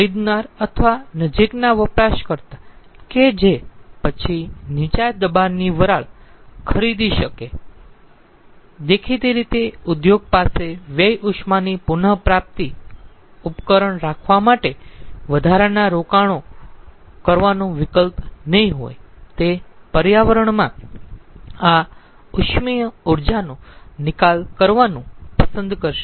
ખરીદનાર અથવા નજીકના વપરાશકર્તા કે જે પછી નીચા દબાણની વરાળ ખરીદી શકે છે દેખીતી રીતે ઉદ્યોગ પાસે વ્યય ઉષ્મા ની પુન પ્રાપ્તિ ઉપકરણ રાખવા માટે વધારાના રોકાણો કરવાનો વિકલ્પ નહીં હોય તે પર્યાવરણમાં આ ઉષ્મીય ઊર્જાનો નિકાલ કરવાનું પસંદ કરશે